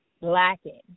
lacking